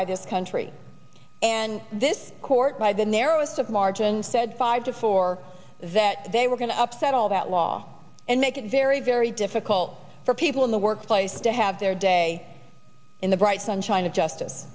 by this country and this court by the narrowest of margins said five to four that they were going to upset all that law and make it very very difficult for people in the workplace to have their day in the bright sunshine of justice